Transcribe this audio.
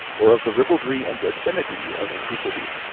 or of the ribaldry and obscenity of antiquity.